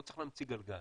לא צריך להמציא גלגל.